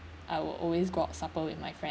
I will always go out supper with my friends